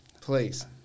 please